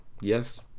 yes